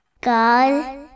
God